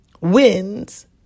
Wins